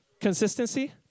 Consistency